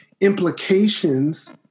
implications